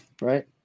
right